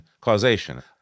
causation